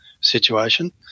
situation